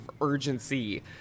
urgency